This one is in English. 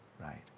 right